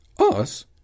Us